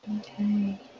Okay